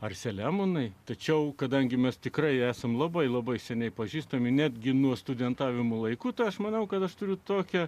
ar selemonai tačiau kadangi mes tikrai esam labai labai seniai pažįstami netgi nuo studentavimo laikų tai aš manau kad aš turiu tokią